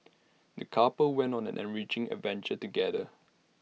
the couple went on an enriching adventure together